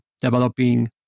developing